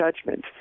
judgment